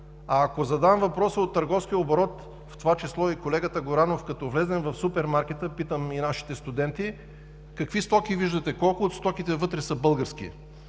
Ако задам въпроса от търговския оборот, в това число и колегата Горанов, като влезем в супермаркета – питам и нашите студенти – какви стоки виждате, колко от стоките вътре са български?